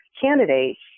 candidates